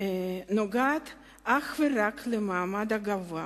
אך ורק למעמד הגבוה,